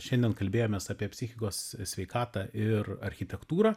šiandien kalbėjomės apie psichikos sveikatą ir architektūrą